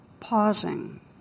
pausing